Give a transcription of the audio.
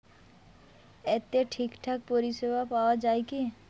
এতে ঠিকঠাক পরিষেবা পাওয়া য়ায় কি?